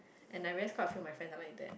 and